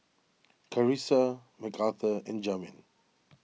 Carissa Mcarthur and Jamin